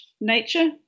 nature